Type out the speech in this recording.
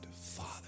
father